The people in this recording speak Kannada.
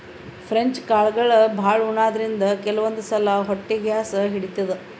ಫ್ರೆಂಚ್ ಕಾಳ್ಗಳ್ ಭಾಳ್ ಉಣಾದ್ರಿನ್ದ ಕೆಲವಂದ್ ಸಲಾ ಹೊಟ್ಟಿ ಗ್ಯಾಸ್ ಹಿಡಿತದ್